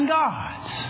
gods